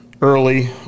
early